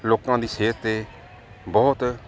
ਲੋਕਾਂ ਦੀ ਸਿਹਤ 'ਤੇ ਬਹੁਤ